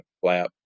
flap